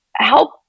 help